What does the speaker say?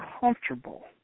comfortable